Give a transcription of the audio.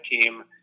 team